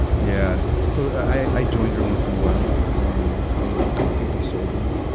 yeah. so, i, i joined her once in a while. i mean, i wasn't completely sober.